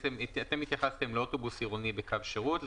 התייחסתם לאוטובוס עירוני בקו שירות,